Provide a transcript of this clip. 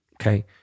Okay